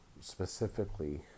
specifically